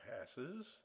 passes